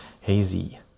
Hazy